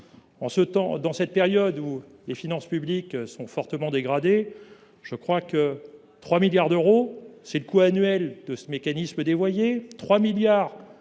En cette période où les finances publiques sont fortement dégradées, ce sont 3 milliards d’euros, le coût annuel de ce mécanisme dévoyé,